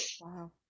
Wow